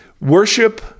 worship